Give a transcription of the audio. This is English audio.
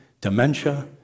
dementia